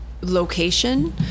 location